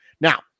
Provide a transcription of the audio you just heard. Now